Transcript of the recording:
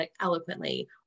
eloquently